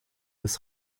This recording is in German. des